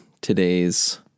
today's